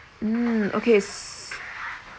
mm okay so